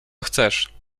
chcesz